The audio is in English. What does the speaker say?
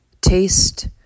Taste